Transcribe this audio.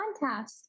podcast